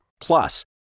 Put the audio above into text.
Plus